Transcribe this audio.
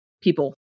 people